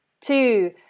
two